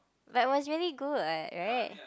but was really good what right